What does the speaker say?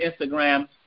Instagram